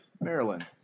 Maryland